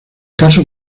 caso